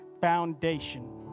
foundation